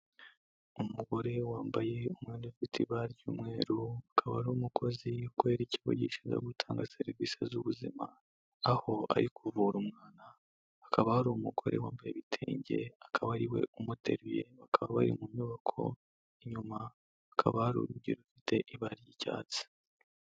Umugore wambaye umwenda ufite ibara ry'umweru akaba ari umukozi kubera ikigo gishinzwe gutanga serivisi z'ubuzima aho ari kuvura umwana akaba hari umugore wambaye ibitenge akaba ariwe umuteruye bakaba bari mu nyubako inyuma hakaba hari urugi rufite ibara ry'icyatsi.